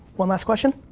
one last question.